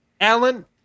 alan